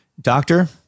Doctor